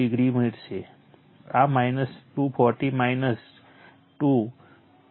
2o મળશે આ 240 221